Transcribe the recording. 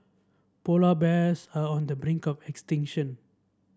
polar bears are on the brink of extinction